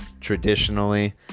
traditionally